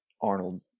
Arnold